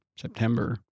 September